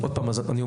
בסדר.